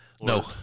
No